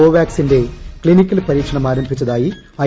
കോവാക്സിന്റെ clinical പരീക്ഷണം ആരംഭിച്ചതായി I